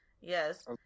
Yes